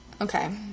Okay